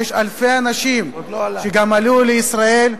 שיש אלפי אנשים שעלו לישראל,